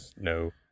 No